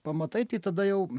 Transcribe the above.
pamatai tai tada jau